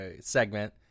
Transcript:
Segment